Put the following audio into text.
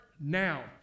now